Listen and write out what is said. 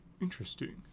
interesting